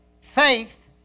faith